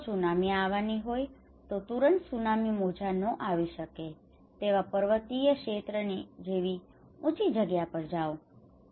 જો ત્સુનામી આવાની હોય તો તુરંત ત્સુનામી મોજા ન આવી શકે તેવા પર્વતીય ક્ષેત્રની જેવી ઊંચી જગ્યા પર જતાં રહો